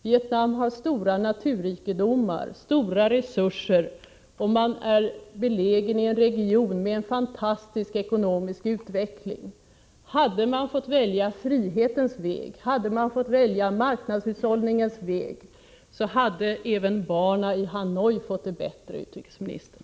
Vietnam har stora naturrikedomar, stora resurser och är beläget i en region med en fantastisk ekonomisk utveckling. Hade man fått välja frihetens väg, marknadshushållningens väg, då hade även barnen i Hanoi fått det bättre, utrikesministern!